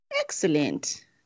excellent